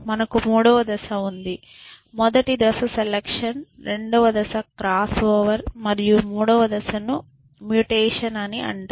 మనకు మూడవ దశ ఉంది మొదటి దశ సెలక్షన్ రెండవ దశ క్రాస్ ఓవర్ మరియు మూడవ దశను మ్యుటేషన్ అంటారు